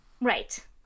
right